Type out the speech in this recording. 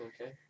Okay